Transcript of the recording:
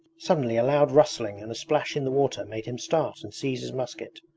suddenly a loud rustling and a splash in the water made him start and seize his musket.